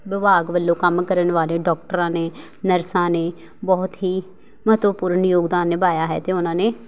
ਵਿਭਾਗ ਵੱਲੋਂ ਕੰਮ ਕਰਨ ਵਾਲੇ ਡੋਕਟਰਾਂ ਨੇ ਨਰਸਾਂ ਨੇ ਬਹੁਤ ਹੀ ਮਹੱਤਵਪੂਰਨ ਯੋਗਦਾਨ ਨਿਭਾਇਆ ਹੈ ਅਤੇ ਉਹਨਾਂ ਨੇ